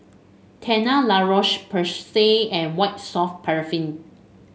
Tena La Roche Porsay and White Soft Paraffin